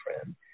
friend